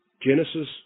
Genesis